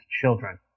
children